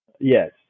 Yes